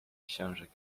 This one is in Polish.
książek